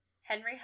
Henry